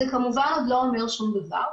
זה עדיין לא אומר שום דבר.